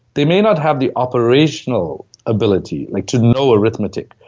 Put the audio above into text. they may not have the operational ability, like to know arithmetic,